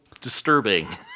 disturbing